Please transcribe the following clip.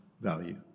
value